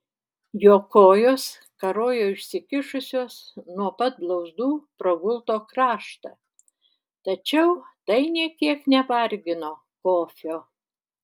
jo kojos karojo išsikišusios nuo pat blauzdų pro gulto kraštą tačiau tai nė kiek nevargino kofio